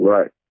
Right